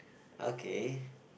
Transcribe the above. okay